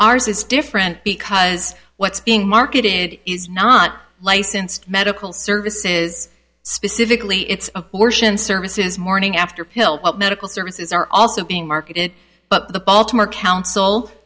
ours is different because what's being marketed is not licensed medical services specifically it's abortion services morning after pill medical services are also being marketed but the baltimore council